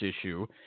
issue